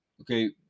okay